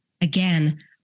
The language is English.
Again